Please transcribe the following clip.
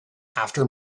after